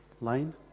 line